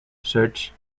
search